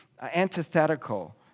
antithetical